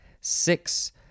Six